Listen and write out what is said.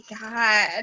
god